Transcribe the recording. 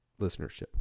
listenership